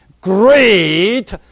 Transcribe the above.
Great